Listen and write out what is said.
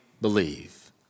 believe